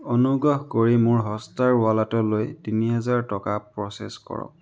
অনুগ্ৰহ কৰি মোৰ হটষ্টাৰ ৱালেটলৈ তিনি হাজাৰ টকা প্ৰ'চেছ কৰক